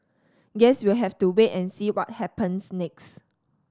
guess we have to wait and see what happens next